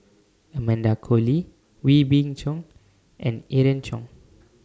Amanda Koe Lee Wee Beng Chong and Irene Khong